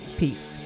peace